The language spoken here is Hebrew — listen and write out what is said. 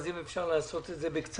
אז אם אפשר לעשות את זה בקצרה.